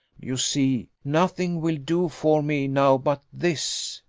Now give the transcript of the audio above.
you see nothing will do for me now but this,